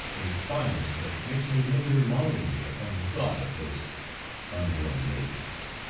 a fondness that makes me linger longingly upon the thought of those unborn days.